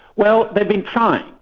well they've been trying,